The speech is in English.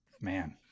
Man